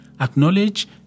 Acknowledge